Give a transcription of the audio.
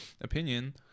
opinion